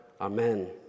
Amen